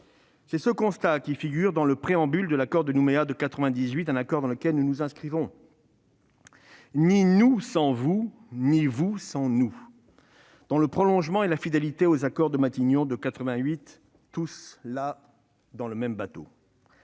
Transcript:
C'est ce constat qui figure dans le préambule de l'accord de Nouméa de 1998, accord dans lequel nous nous inscrivons :« Ni nous sans vous, ni vous sans nous »... Dans le prolongement et la fidélité aux accords de Matignon de 1988, nous sommes tous là dans le même bateau.